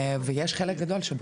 חלק גדול מהאנשים,